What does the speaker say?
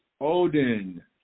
Odin